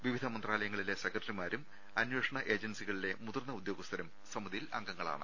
വിവിധ മന്ത്രാലയങ്ങളിലെ സെക്രട്ടറിമാരും അന്വേഷണ ഏജൻസി കളിലെ മുതിർന്ന ഉദ്യോഗസ്ഥരും സ്മിതിയിൽ അംഗങ്ങളാണ്